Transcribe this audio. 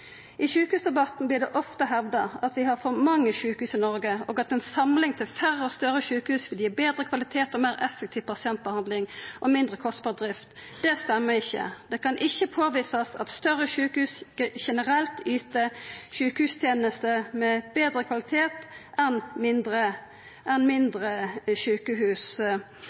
I sjukehusdebatten vert det ofte hevda at vi har for mange sjukehus i Noreg, og at ei samling til færre og større sjukehus vil gi betre kvalitet og meir effektiv pasientbehandling og mindre kostbar drift. Det er ikkje rett. Det kan ikkje påvisast at større sjukehus generelt yter sjukehustenester med betre kvalitet enn mindre sjukehus.